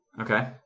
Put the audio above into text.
Okay